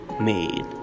made